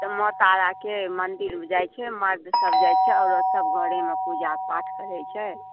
तऽ माँ ताराके मन्दिर जाइ छै सभ जाइ छै आओर सभ घरेमे पूजा पाठ करै छै